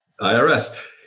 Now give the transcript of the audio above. IRS